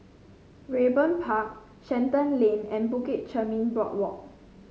Raeburn Park Shenton Lane and Bukit Chermin Boardwalk